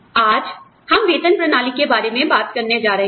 आज हम वेतन प्रणाली के बारे में बात करने जा रहे हैं